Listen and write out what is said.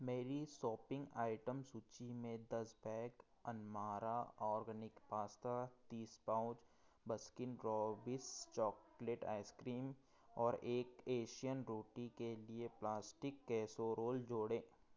मेरी shopping item सूचि में दस बैग अनमारा ऑर्गेनिक पास्ता तीस pouch Baskin Robbins chocolate ice cream और एक एशियन रोटी के लिए प्लास्टिक कैसेरोल जोड़ें